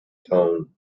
tone